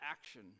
action